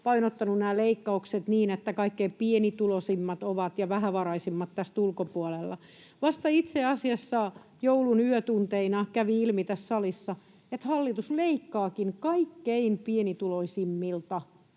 painottanut nämä leikkaukset niin, että kaikkein pienituloisimmat ja vähävaraisimmat ovat tästä ulkopuolella. Vasta itse asiassa joulun yötunteina kävi ilmi tässä salissa, että hallitus leikkaakin kaikkein pienituloisimmilta.